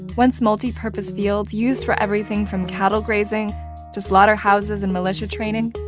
once multi-purpose fields used for everything from cattle grazing to slaughterhouses and militia training,